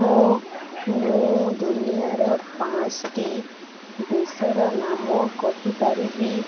ହଁ ମୁଁ ଦୁନିଆର ପାଞ୍ଚଟି ଦେଶର ନାମ କହିପାରିବି